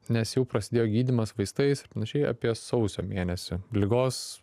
nes jau prasidėjo gydymas vaistais panašiai apie sausio mėnesį ligos